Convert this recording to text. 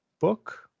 book